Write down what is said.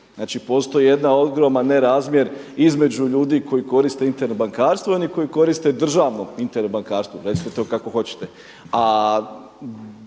Znači postoji jedan ogroman nerazmjer između ljudi koji koriste Internet bankarstvo i oni koji koriste državno Internet bankarstvo, recite to kako hoćete.